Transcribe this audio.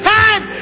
time